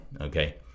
Okay